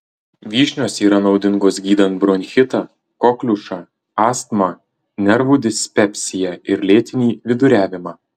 vyšnios yra naudingos gydant bronchitą kokliušą astmą nervų dispepsiją ir lėtinį viduriavimą